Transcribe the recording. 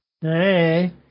Hey